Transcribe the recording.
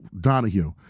Donahue